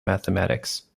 mathematics